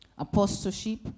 Apostleship